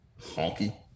honky